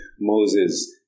Moses